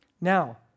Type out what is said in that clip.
Now